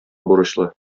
бурычлы